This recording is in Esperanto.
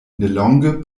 nelonge